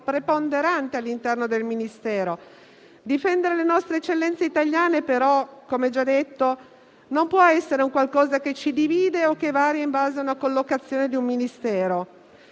preponderante all'interno del Ministero. Difendere le nostre eccellenze italiane però, come già detto, non può essere un qualcosa che ci divide o che varia in base alla collocazione di un Ministero.